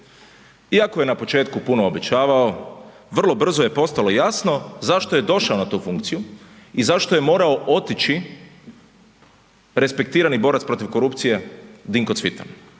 Iako je na početku puno obećavao vrlo brzo je postalo jasno zašto je došao na tu funkciju i zašto je morao otići respektirani borac protiv korupcije Dinko Cvitan,